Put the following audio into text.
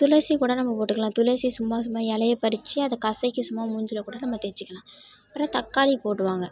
துளசி கூட நம்ம போட்டுக்கலாம் துளசியை சும்மா சும்மா இலைய பறிச்சு அதை கசக்கி சும்மா மூஞ்சியில கூட நம்ம தேய்ச்சிக்கலாம் அப்புறம் தக்காளி போடுவாங்கள்